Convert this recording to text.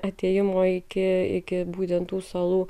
atėjimo iki iki būtent tų salų